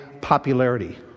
popularity